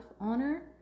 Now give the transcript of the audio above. honor